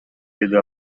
деди